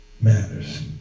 matters